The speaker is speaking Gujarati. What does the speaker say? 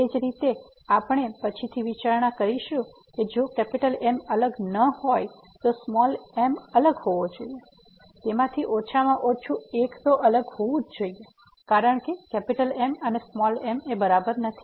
એ જ રીતે આપણે પછીથી વિચારણા કરીશું કે જો M અલગ ન હોય તો m અલગ હોવો જોઈએ તેમાંથી ઓછામાં ઓછું એક અલગ હોવું જોઈએ કારણ કે M અને m બરાબર નથી